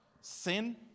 sin